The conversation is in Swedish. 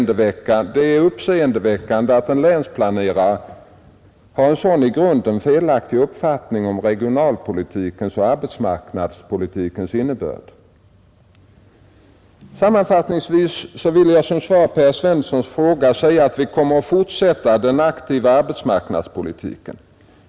Det är uppseendeväckande att en länsplanerare har en sådan i grunden felaktig uppfattning om regionalpolitikens och arbetsmarknadspolitikens innebörd. Sammanfattningsvis vill jag som svar på herr Svenssons fråga säga att vi kommer att fortsätta den aktiva arbetsmarknadspolitiken.